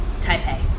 Taipei